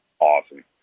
awesome